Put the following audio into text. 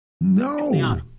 No